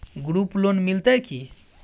Group loan मिलतै की?